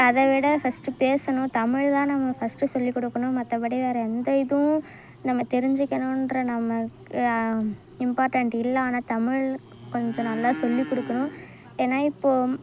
அதைவிட ஃபர்ஸ்ட்டு பேசணும் தமிழ்தான் நம்ம ஃபஸ்ட்டு சொல்லி கொடுக்கணும் மற்றபடி வேறு எந்த இதுவும் நம்ம தெரிஞ்சுக்கணுன்ற நம்ம இம்பார்ட்டண்ட் இல்லை ஆனால் தமிழ் கொஞ்சம் நல்லா சொல்லி கொடுக்கணும் ஏனால் இப்போது